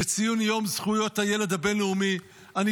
בציון היום הבין-לאומי לזכויות הילד אני